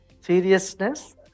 Seriousness